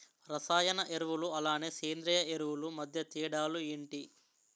రసాయన ఎరువులు అలానే సేంద్రీయ ఎరువులు మధ్య తేడాలు ఏంటి?